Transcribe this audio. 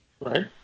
Right